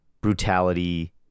brutality